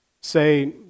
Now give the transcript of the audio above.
say